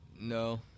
no